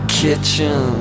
kitchen